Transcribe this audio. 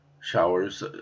showers